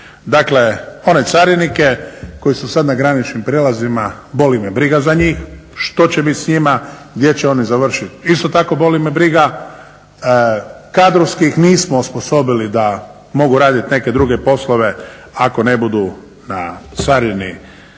Dakle one carinike koji su sad na graničnim prijelazima boli me briga za njih, što će bit s njima, gdje će oni završit isto tako boli me briga. Kadrovski ih nismo osposobili da mogu radit neke druge poslove ako ne budu na carini